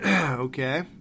okay